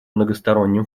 многосторонним